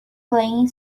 playing